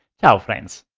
ciao, friends.